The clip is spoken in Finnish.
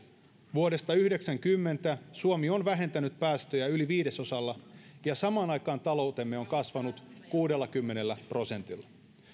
vuodesta yhdeksänkymmentä suomi on vähentänyt päästöjä yli viidesosalla ja samaan aikaan taloutemme on kasvanut kuudellakymmenellä prosentilla